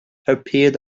appeared